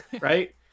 right